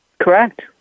correct